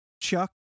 Chuck